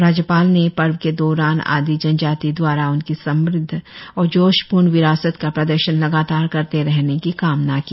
राज्यपाल ने पर्व के दौरान आदी जनजाती द्वारा उनकी समुद्ध और जोशपूर्ण विरासत का प्रर्दशन लगातार करते रहने की कामना की